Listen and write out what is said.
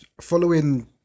following